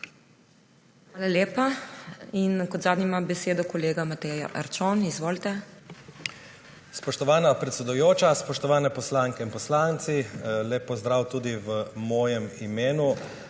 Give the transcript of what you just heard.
Hvala lepa. Kot zadnji ima besedo kolega Matej Arčon. Izvolite. MATEJ ARČON: Spoštovana predsedujoča, spoštovane poslanke in poslanci, lep pozdrav tudi v mojem imenu!